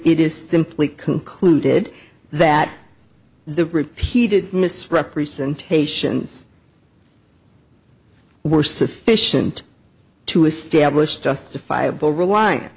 it is simply concluded that the repeated misrepresentations were sufficient to establish justifiable relian